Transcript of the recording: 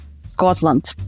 Scotland